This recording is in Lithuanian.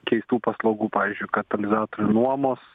keistų paslaugų pavyzdžiui katalizatorių nuomos